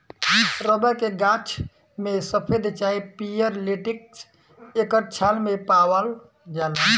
rubber के गाछ में सफ़ेद चाहे पियर लेटेक्स एकर छाल मे पावाल जाला